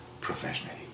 professionally